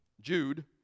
Jude